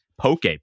poke